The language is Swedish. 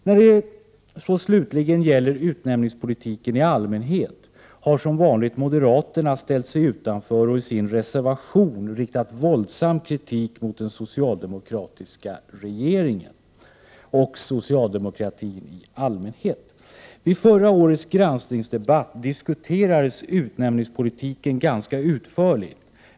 När det sedan gäller utnämningspolitiken i allmänhet har som vanligt moderaterna ställt sig utanför och i sin reservation riktat våldsam kritik mot den socialdemokratiska regeringen och socialdemokratin i allmänhet. Vid förra årets granskningsdebatt diskuterades utnämningspolitiken ganska utförligt.